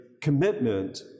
commitment